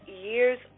years